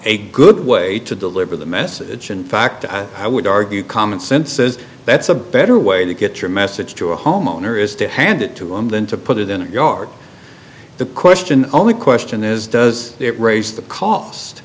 a good way to deliver the message in fact i would argue common sense says that's a better way to get your message to a homeowner is to hand it to him than to put it in a yard the question only question is does it raise the cost